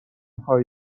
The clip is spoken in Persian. های